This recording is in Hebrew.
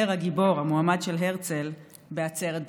אומר הגיבור, המועמד של הרצל, בעצרת בחירות.